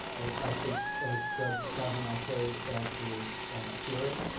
i think, as judge kavanaugh showed at his hearing,